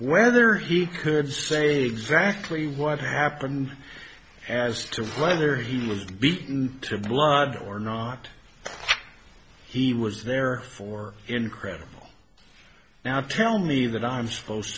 whether he could say exactly what happened as to whether he was beaten to blood or not he was there for incredible now tell me that i'm supposed